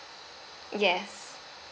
yes